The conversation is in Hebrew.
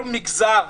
כל מגזר,